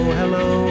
hello